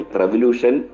revolution